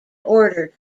order